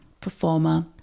performer